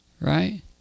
Right